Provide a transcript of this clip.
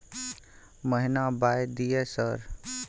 महीना बाय दिय सर?